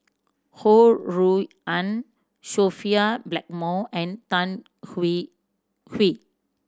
Ho Rui An Sophia Blackmore and Tan Hwee Hwee